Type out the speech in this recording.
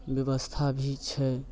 व्यवस्था भी छै